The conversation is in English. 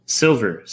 silver